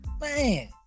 Man